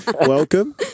welcome